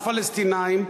לפלסטינים,